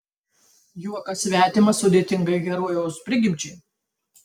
juokas svetimas sudėtingai herojaus prigimčiai